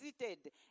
visited